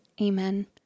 amen